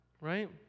right